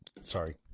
sorry